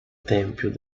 tempio